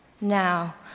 Now